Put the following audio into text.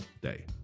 day